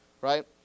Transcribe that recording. right